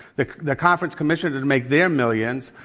the the conference commissioners make their millions